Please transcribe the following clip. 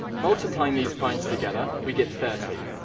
multiplying these primes together, we get thirty.